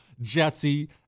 Jesse